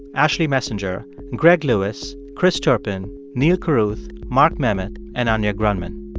ashley messenger, and greg lewis, chris turpin, neal carruth, mark memmott and anya grundmann